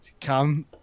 come